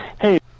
hey